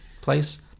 place